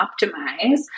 optimize